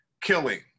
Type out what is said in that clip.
killing